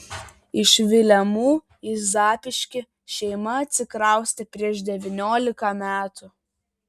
iš vilemų į zapyškį šeima atsikraustė prieš devyniolika metų